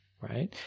right